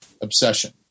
obsession